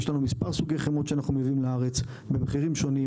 יש לנו מספר סוגי חמאות שאנחנו מביאים לארץ במחירים שונים,